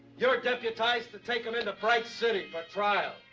you're deputised to take them into bright city for trial.